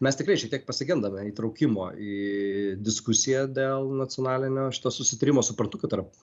mes tikrai šiek tiek pasigendame įtraukimo į diskusiją dėl nacionalinio susitarimo suprantu kad tarp